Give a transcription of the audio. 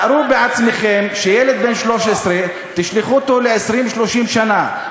תארו לעצמכם שילד בן 13, תשלחו אותו ל-30-20 שנה.